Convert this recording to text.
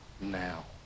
now